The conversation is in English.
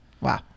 Wow